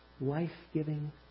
life-giving